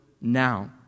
now